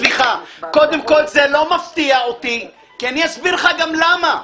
קודם כל, זה לא מפתיע אותי ואני אסביר לך גם למה.